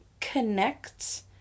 connect